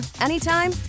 anytime